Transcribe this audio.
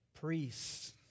priests